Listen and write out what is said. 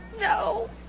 No